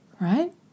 right